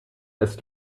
ist